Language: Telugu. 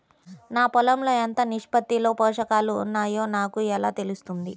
నా పొలం లో ఎంత నిష్పత్తిలో పోషకాలు వున్నాయో నాకు ఎలా తెలుస్తుంది?